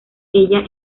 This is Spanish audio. ella